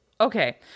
Okay